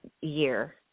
year